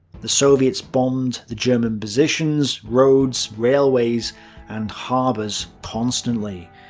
the soviets bombed the german positions, roads, railways and harbours constantly.